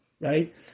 right